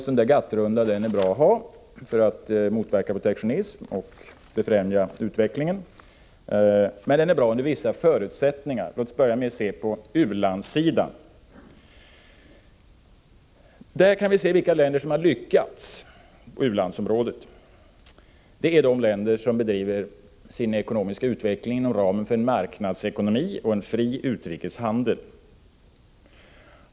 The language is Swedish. En GATT-runda är bra för motverkande av protektionism och för befrämjande av utvecklingen, dock under vissa förutsättningar. Låt oss börja med att se på u-landssidan. De u-länder som har lyckats är de som bedriver sin ekonomiska utveckling inom ramen för en marknadsekonomi och en fri utrikeshandel.